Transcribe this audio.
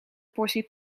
portie